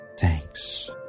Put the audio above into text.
thanks